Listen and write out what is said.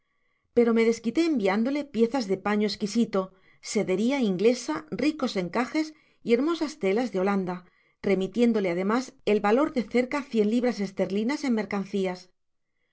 pero me desquité enviándole piezas de paño esquisito sederia inglesa ricos encajes y hermosas telas de holanda remitiéndole además el valor de cerca libras esterlinas en mercancías